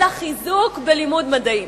אלא חיזוק בלימוד מדעים.